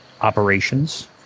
operations